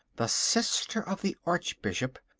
the sister of the archbishop,